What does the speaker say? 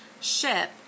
ship